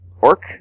Orc